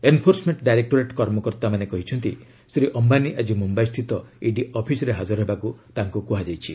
enforcement directorate କର୍ମକର୍ତ୍ତାମାନେ କହିଛନ୍ତି ଶ୍ରୀ ଅମ୍ଘାନୀ ଆଜି ମୁମ୍ଭାଇସ୍ଥିତ ଇଡି ଅଫିସ୍ରେ ହାଜର ହେବାକୁ ତାଙ୍କୁ କୁହାଯାଇଛି